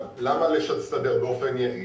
למה לסדר באופן יעיל?